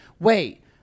wait